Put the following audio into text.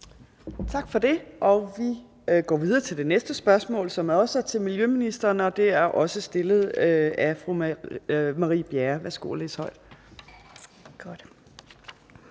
Tak for det. Vi går videre til det næste spørgsmål, som også er til miljøministeren. Det er også stillet af fru Marie Bjerre. Kl. 15:25 Spm.